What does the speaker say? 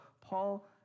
Paul